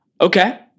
Okay